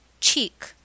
Cheek